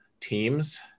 teams